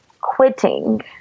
quitting